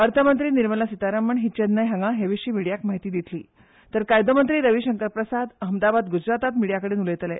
अर्थमंत्री निर्मला सिथारामण ही चेन्नई हांगा हे विशी मिडीयाक म्हायती दितली तर कायदोमंत्री रवी शंकर प्रसाद अहमदाबाद गुजरातात मिडीयाकडेन उलयतले